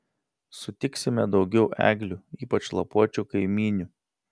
sutiksime daugiau eglių ypač lapuočių kaimynių